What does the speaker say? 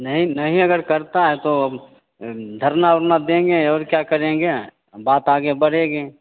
नहीं नहीं अगर करता है तो धरना उरना देंगे और क्या करेंगे बात आगे बढ़ेगी